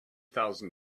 thousand